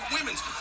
Women's